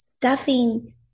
stuffing